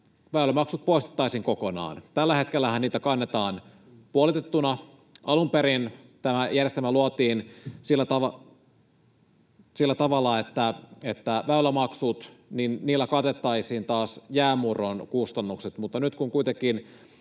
väylämaksut poistettaisiin kokonaan. Tällä hetkellähän niitä kannetaan puolitettuina. Alun perin tämä järjestelmä luotiin sillä tavalla, että väylämaksuilla katettaisiin taas jäänmurron kustannukset, mutta nyt, kun kuitenkin